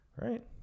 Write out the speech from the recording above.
Right